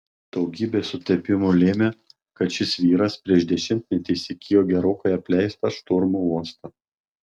daugybė sutapimų lėmė kad šis vyras prieš dešimtmetį įsigijo gerokai apleistą šturmų uostą